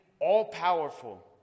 all-powerful